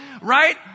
right